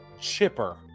Chipper